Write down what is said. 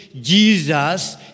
Jesus